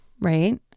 right